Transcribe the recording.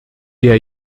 der